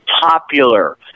popular